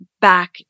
back